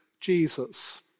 Jesus